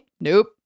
Nope